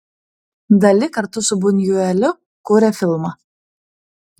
dali kartu su bunjueliu kuria filmą